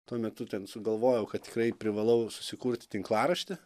tuo metu ten sugalvojau kad tikrai privalau susikurt tinklaraštį